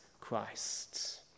Christ